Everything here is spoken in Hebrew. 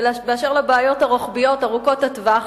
ואשר לבעיות הרוחביות, ארוכות-הטווח,